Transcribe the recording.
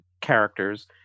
characters